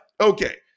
Okay